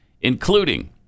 including